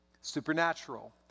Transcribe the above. Supernatural